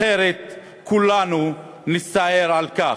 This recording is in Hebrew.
אחרת כולנו נצטער על כך.